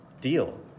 deal